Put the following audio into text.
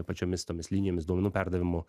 pačiomis tomis linijomis duomenų perdavimu